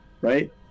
right